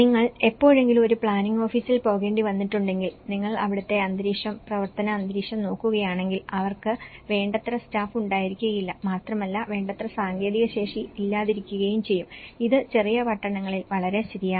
നിങ്ങൾ എപ്പോഴെങ്കിലും ഒരു പ്ലാനിംഗ് ഓഫീസിൽ പോകേണ്ടി വന്നിട്ടുണ്ടെങ്കിൽ നിങ്ങൾ അവിടുത്തെ അന്തരീക്ഷം പ്രവർത്തന അന്തരീക്ഷം നോക്കുകയാണെങ്കിൽ അവർക്ക് വേണ്ടത്ര സ്റ്റാഫ് ഉണ്ടായിരിക്കുകയില്ല മാത്രമല്ല വേണ്ടത്ര സാങ്കേതിക ശേഷി ഇല്ലാതിരിക്കുകയും ചെയ്യും ഇത് ചെറിയ പട്ടണങ്ങളിൽ വളരെ ശരിയാണ്